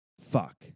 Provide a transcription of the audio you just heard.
Fuck